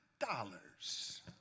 dollars